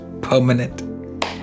permanent